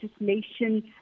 legislation